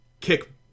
kick